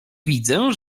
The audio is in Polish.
widzę